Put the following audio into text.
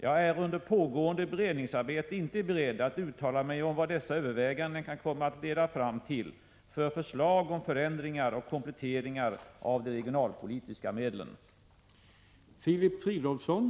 Jag är under pågående beredningsarbete inte beredd ö NG / åh 5 EE Sr ning av företag i Stockatt uttala mig om vad dessa överväganden kan komma att leda fram till för holmsregionen m.fl. förslag om förändringar och kompletteringar av de regionalpolitiska medlen. Re 84